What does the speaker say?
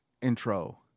intro